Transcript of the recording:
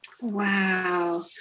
Wow